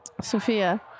Sophia